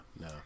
no